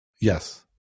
Yes